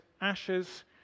ashes